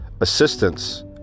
assistance